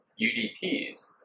UDPs